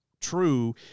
true